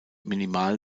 minimal